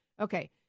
Okay